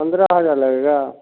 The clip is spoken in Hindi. पंद्रह हज़ार लगेगा